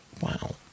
Wow